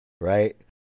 Right